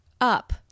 up